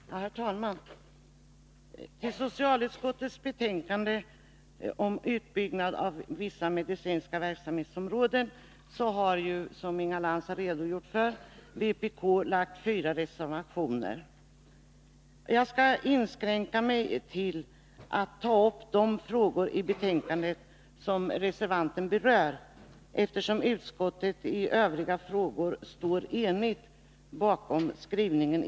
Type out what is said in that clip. Herr talman! Till socialutskottets betänkande 1982/83:36 om utbyggnad av vissa medicinska verksamhetsområden har vpk fogat fyra reservationer, vilka Inga Lantz redogjort för i sitt anförande. Jag skall inskränka mig till att ta upp de frågor i betänkandet som reservanten berör, eftersom utskottet är enigt om skrivningen i övriga frågor.